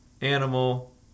Animal